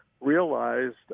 realized